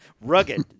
Rugged